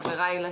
חברי הכנסת,